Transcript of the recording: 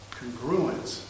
congruence